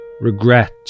regret